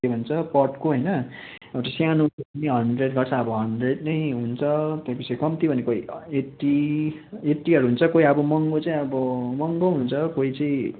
के भन्छ पटको हैन एउटा स्यानुको पनि हन्ड्रेड गर्छ अब हन्ड्रेड नै हुन्छ त्याँपछि कम्ति भनेको एट्टी एट्टीहरू हुन्छ कोइ अबो मङ्गो चैँ अबो मङ्गो हुन्छ कोइ चैं